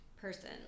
person